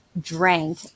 drank